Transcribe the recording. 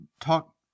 talk